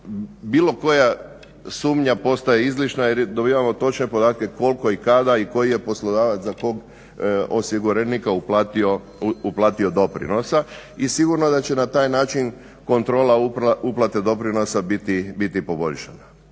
bilo koja sumnja postaje izlična, jer dobivamo točne podatke kolko i kada i koji je poslodavac za kog osiguranika uplatio doprinosa. I sigurno da će na taj način kontrola uplate doprinosa biti poboljšana.